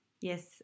Yes